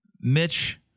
Mitch